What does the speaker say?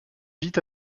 vit